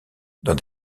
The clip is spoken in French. dans